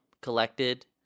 collected